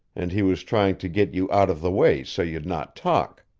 and he was trying to get you out of the way so you'd not talk,